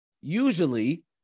usually